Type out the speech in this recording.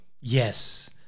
Yes